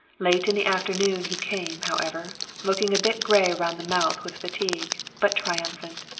late in the afternoon he came, however looking a bit gray round the mouth with fatigue, but triumphant.